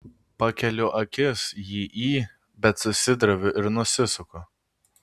pakeliu akis jį į bet susidroviu ir nusisuku